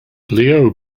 leo